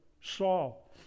Saul